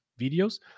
videos